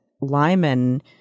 Lyman